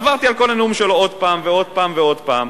עברתי על כל הנאום שלו עוד פעם ועוד פעם ועוד פעם.